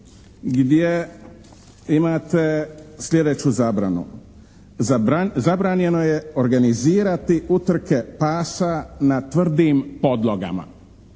gdje imate sljedeću zabranu. Zabranjeno je organizirati utrke pasa na tvrdim podlogama.